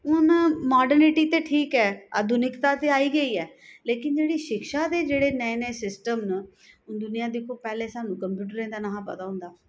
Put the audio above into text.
हून मॉडर्निटी ते ठीक ऐ आधुनिकता ते आई गेई ऐ लेकिन जेह्ड़ी शिक्षा ते जेह्ड़े नयें नयें सिस्टम न दूनियां दिक्खो पैह्लें सानूं कंप्यूटर दा निं हा पता होंदा हा